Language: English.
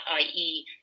ie